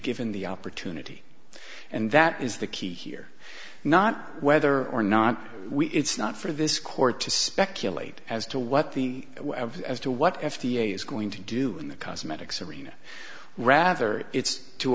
given the opportunity and that is the key here not whether or not we it's not for this court to speculate as to what the as to what f d a is going to do in the cosmetics arena rather it's to